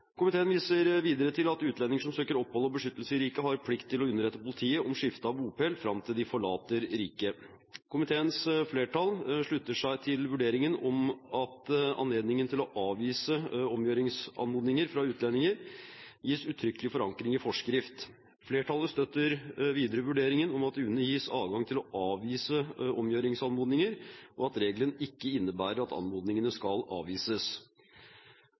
Komiteen viser videre til at utlendinger som søker opphold og beskyttelse i riket, har plikt til å underrette politiet om skifte av bopel fram til de forlater riket. Komiteens flertall slutter seg til vurderingen om at anledningen til å avvise omgjøringsanmodninger fra utlendinger gis uttrykkelig forankring i forskrift. Flertallet støtter videre vurderingen om at UNE gis adgang til å avvise omgjøringsanmodninger, og at regelen ikke innebærer at anmodningene skal avvises.